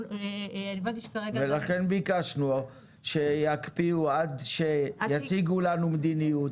ולכן ביקשנו שיקפיאו עד שיציגו לנו מדיניות,